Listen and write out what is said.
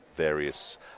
various